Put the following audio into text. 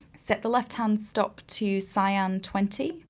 set the left-hand stop to cyan twenty